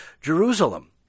Jerusalem